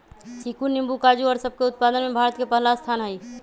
चीकू नींबू काजू और सब के उत्पादन में भारत के पहला स्थान हई